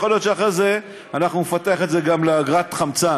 יכול להיות שאחרי זה אנחנו נפתח את זה גם לאגרת חמצן,